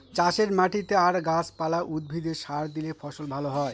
চাষের মাটিতে আর গাছ পালা, উদ্ভিদে সার দিলে ফসল ভালো হয়